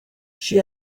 she